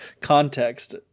context